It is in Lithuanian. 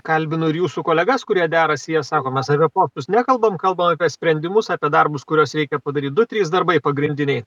kalbinu ir jūsų kolegas kurie derasi jie sako mes apie pokyčius nekalbam kalbam apie sprendimus apie darbus kuriuos reikia padaryt du trys darbai pagrindiniai